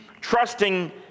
trusting